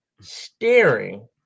staring